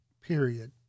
period